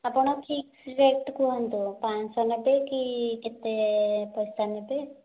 ଆପଣ fix rate କୁହନ୍ତୁ ପାଞ୍ଚଶହ ନେବେ କି କେତେ ପଇସା ନେବେ